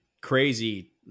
crazy